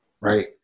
right